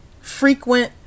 frequent